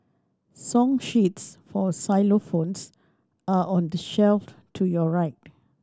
song sheets for xylophones are on the shelf to your right